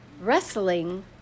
Wrestling